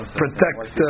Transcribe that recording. protect